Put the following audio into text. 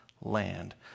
land